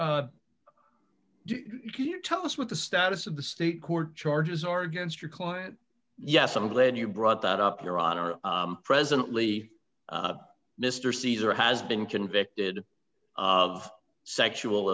can you tell us what the status of the state court charges are against your client yes i'm glad you brought that up your honor presently mr caesar has been convicted of sexual